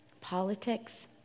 Politics